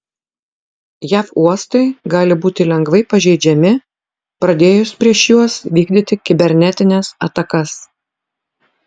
jav uostai gali būti lengvai pažeidžiami pradėjus prieš juos vykdyti kibernetines atakas